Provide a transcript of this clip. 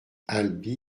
alby